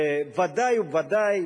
ודאי וודאי